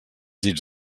llits